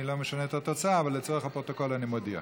אני לא משנה את התוצאה אבל לצורך הפרוטוקול אני מודיע.